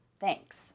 Thanks